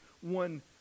one